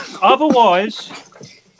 Otherwise